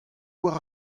war